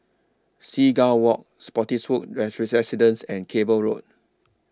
Seagull Walk Spottiswoode Residences and Cable Road